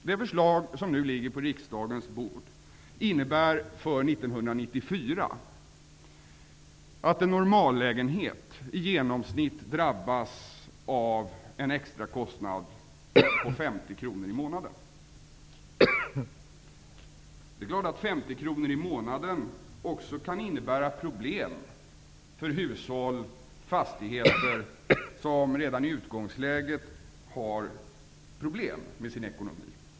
Det förslag som nu ligger på riksdagens bord innebär för 1994 att en normalstor lägenhet i genomsnitt drabbas av en extra kostnad på 50 kr i månaden. 50 kr i månaden kan också innebära problem för fastigheter och hushåll som redan i utgångsläget har problem med sin ekonomi.